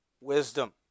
wisdom